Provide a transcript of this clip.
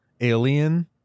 alien